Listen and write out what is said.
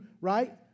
right